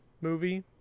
movie